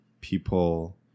people